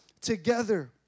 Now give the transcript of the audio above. together